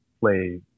play